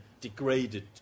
degraded